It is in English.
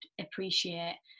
appreciate